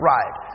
Right